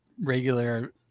regular